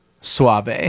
Suave